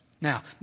Now